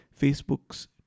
Facebook's